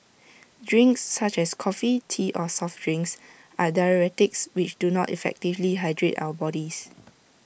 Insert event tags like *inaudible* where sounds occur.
drinks such as coffee tea or soft drinks are diuretics which do not effectively hydrate our bodies *noise*